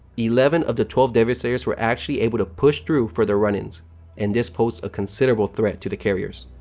eleven of the twelve devastators were actually able to push through for their run-ins and this posed a considerable threat to the carriers.